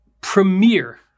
premier